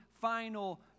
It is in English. final